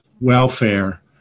welfare